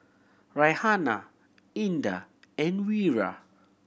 Raihana Indah and Wira